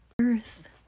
Earth